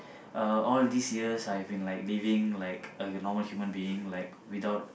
uh all these years I have been like living like a normal human being like without